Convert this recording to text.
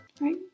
Right